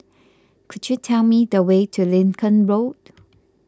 could you tell me the way to Lincoln Road